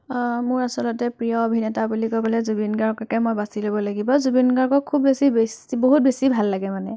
মোৰ আচলতে প্ৰিয় অভিনেতা বুলি ক'বলৈ জুবিন গাৰ্গকে মই বাচি ল'ব লাগিব জুবিন গাৰ্গক খুব বেছি বেছি বহুত বেছি ভাল লাগে মানে